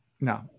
No